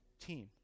team